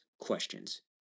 questions